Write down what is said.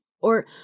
Or